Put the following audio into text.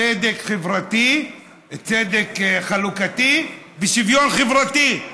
צדק חלוקתי ושוויון חברתי.